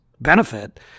benefit